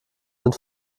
sind